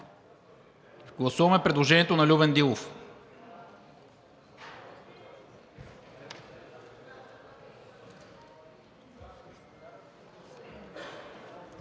гласуване предложението на Любен Дилов